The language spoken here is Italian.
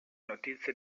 notizie